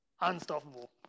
Unstoppable